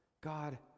God